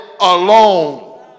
alone